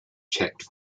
checked